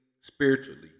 spiritually